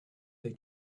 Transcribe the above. they